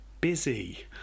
Busy